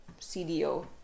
CDO